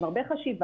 עם הרבה חשיבה.